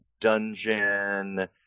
dungeon